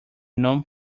non